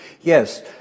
Yes